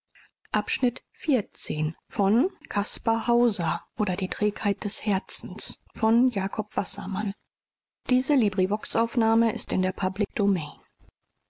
oder die trägheit des herzens